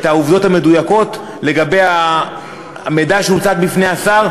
את העובדות המדויקות לגבי המידע שהוצג בפני השר,